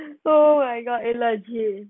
so I got a legit